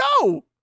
No